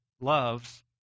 loves